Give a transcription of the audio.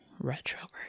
Retrograde